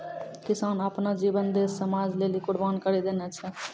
किसान आपनो जीवन देस समाज लेलि कुर्बान करि देने छै